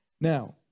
Now